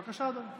בבקשה, אדוני.